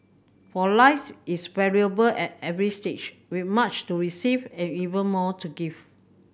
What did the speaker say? for life is valuable at every stage with much to receive and even more to give